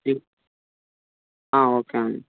okay అండి